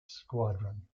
squadron